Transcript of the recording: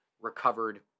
recovered